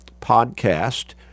podcast